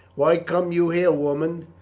why come you here, woman?